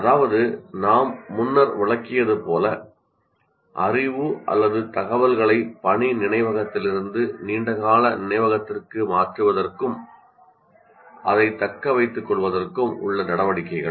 அதாவது நாம் முன்னர் விளக்கியது போல அறிவு அல்லது தகவல்களை உழைக்கும் நினைவகத்திலிருந்து நீண்டகால நினைவகத்திற்கு மாற்றுவதற்கும் அதைத் தக்கவைத்துக்கொள்வதற்கும் உள்ள நடவடிக்கைகள்